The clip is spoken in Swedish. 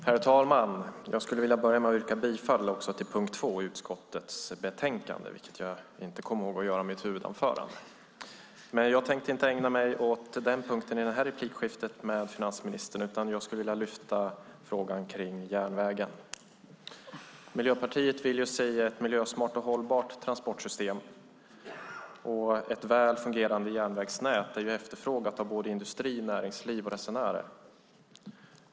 Herr talman! Jag skulle vilja börja med att yrka bifall till reservation 2 i utskottets betänkande, vilket jag inte kom ihåg att göra i mitt huvudanförande. Men jag tänkte inte ägna mig åt den punkten i det här replikskiftet med finansministern, utan jag skulle vilja lyfta fram frågan kring järnvägen. Miljöpartiet vill se ett miljösmart och hållbart transportsystem, och ett väl fungerande järnvägsnät är efterfrågat av både industri, näringsliv och resenärer.